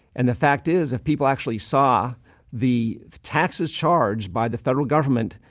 and the fact is if people actually saw the taxes charged by the federal government,